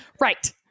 Right